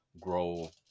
grow